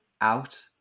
out